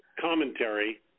commentary